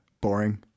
Boring